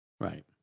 Right